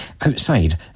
outside